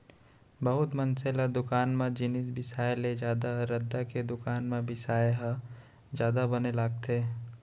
बहुत मनसे ल दुकान म जिनिस बिसाय ले जादा रद्दा के दुकान म बिसाय ह जादा बने लागथे